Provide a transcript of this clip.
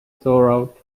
throughout